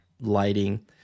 lighting